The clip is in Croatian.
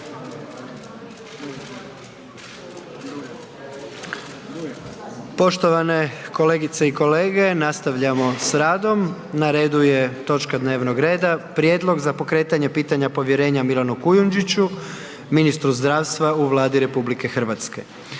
Poštovane kolegice i kolege, nastavljamo s radom, na redu je točka dnevnog reda: - Prijedlog za pokretanje pitanja povjerenja Milanu Kujundžiću, ministru zdravstva u Vladi Republike Hrvatske